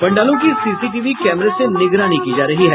पंडालों की सीसीटीवी कैमरे से निगरानी की जा रही है